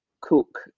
cook